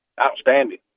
Outstanding